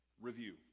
review